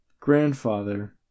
grandfather